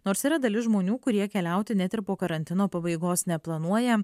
nors yra dalis žmonių kurie keliauti net ir po karantino pabaigos neplanuoja